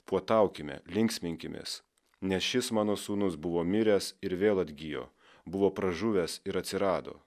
puotaukime linksminkimės nes šis mano sūnus buvo miręs ir vėl atgijo buvo pražuvęs ir atsirado